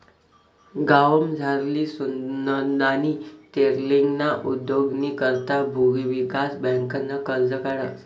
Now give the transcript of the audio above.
गावमझारली सुनंदानी टेलरींगना उद्योगनी करता भुविकास बँकनं कर्ज काढं